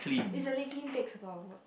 easily clean takes a lot of work